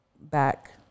back